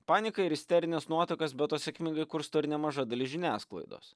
paniką ir isterines nuotaikas be to sėkmingai kursto ir nemaža dalis žiniasklaidos